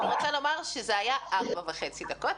אני רוצה לומר שזה היה 4.5 דקות,